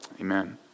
Amen